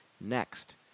next